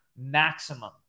maximum